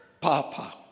Papa